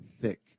thick